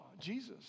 Jesus